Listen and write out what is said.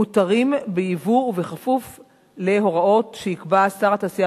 מותרים בייבוא בכפוף להוראות שיקבע שר התעשייה,